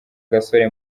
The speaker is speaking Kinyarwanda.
gasore